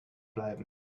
bleiben